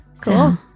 cool